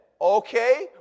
Okay